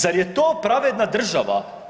Zar je to pravedna država?